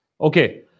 Okay